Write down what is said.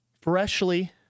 freshly